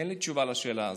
אין לי תשובה לשאלה הזאת.